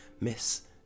miss